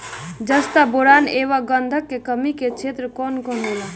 जस्ता बोरान ऐब गंधक के कमी के क्षेत्र कौन कौनहोला?